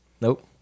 Nope